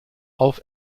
auf